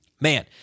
Man